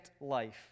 life